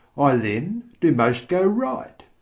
i then do most go right.